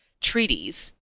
treaties